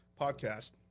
podcast